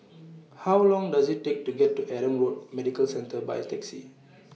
How Long Does IT Take to get to Adam Road Medical Centre By Taxi